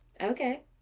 Okay